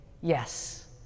yes